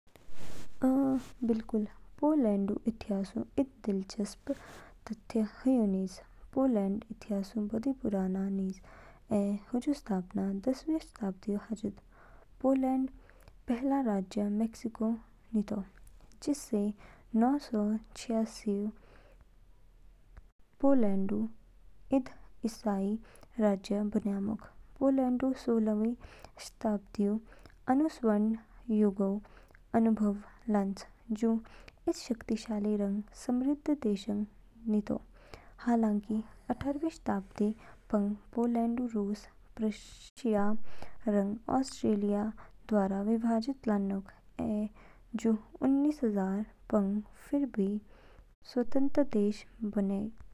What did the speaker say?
अ, बिल्कुल। पोलैंडऊ इतिहासऊ इद दिलचस्प तथ्य ह्यू निज। पोलैंडऊ इतिहास बोदी पुराना निज, ऐ हुजू स्थापना दसवीं शताब्दी हाचिद। पोलैंडऊ पहला राजा मइसजको नितो, जिसने नौ सौ छिसयासठऊ पोलैंडऊ इद ईसाई राज्य बन्यामोग। पोलैंडऊ सोलहवीं शताब्दीऊ आनु स्वर्ण युगऊ अनुभव लान्च, जू इद शक्तिशाली रंग समृद्ध देश नितो। हालांकि, अट्ठारहवीं शताब्दी पंग पोलैंडऊ रूस, प्रशिया रंग ऑस्ट्रिया द्वारा विभाजित लानोग, ऐ जू उन्निस हजार अट्ठारह पंग फिर इद स्वतंत्र देश बन्येग।